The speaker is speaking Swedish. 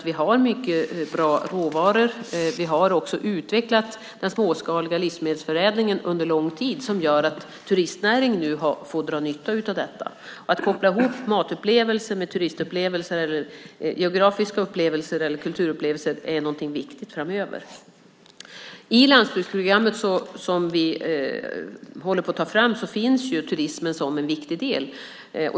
Vi har ju mycket bra råvaror. Vi har också under en lång tid utvecklat den småskaliga livsmedelsförädlingen. Det gör att turistnäringen nu kan dra nytta av det. Att koppla ihop matupplevelser med turistupplevelser, geografiska upplevelser eller kulturupplevelser är viktigt framöver. I det landsbygdsprogram som vi håller på att ta fram finns turismen som en viktig del.